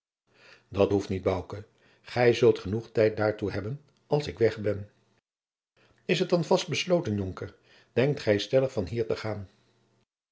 dat behoeft niet bouke gij zult genoeg tijd daartoe hebben als ik weg ben is het dan vast besloten jonker denkt gij stellig van hier te gaan